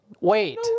wait